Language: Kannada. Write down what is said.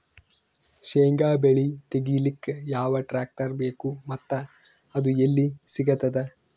ಶೇಂಗಾ ಬೆಳೆ ತೆಗಿಲಿಕ್ ಯಾವ ಟ್ಟ್ರ್ಯಾಕ್ಟರ್ ಬೇಕು ಮತ್ತ ಅದು ಎಲ್ಲಿ ಸಿಗತದ?